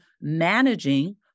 managing